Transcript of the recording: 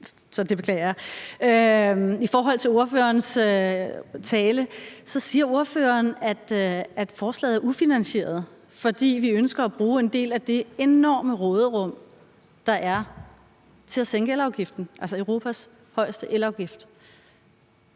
jeg. I ordførerens tale siger han, at forslaget er ufinansieret, fordi vi ønsker at bruge en del af det enorme råderum, der er, til at sænke elafgiften, altså Europas højeste elafgift.